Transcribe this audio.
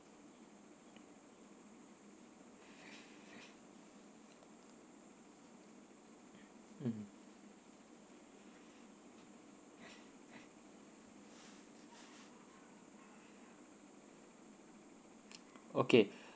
mm okay